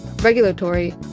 regulatory